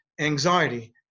anxiety